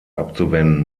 abzuwenden